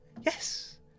Yes